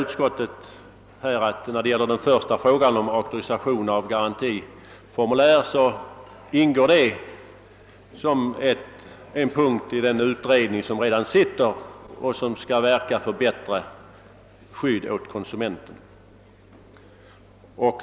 Utskottet säger att vad beträffar frågan om auktorisation av garantiformulär ingår den som en punkt i direktiven för den utredning som redan pågår och som skall verka för bättre skydd åt konsumenten.